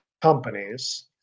companies